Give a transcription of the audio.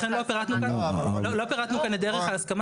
לכן לא פירטנו כאן את דרך ההסכמה.